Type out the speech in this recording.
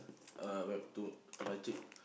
uh where to to my trip